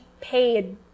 paid